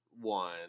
one